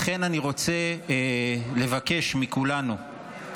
לכן אני רוצה לבקש מכולנו,